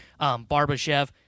Barbashev